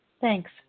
Thanks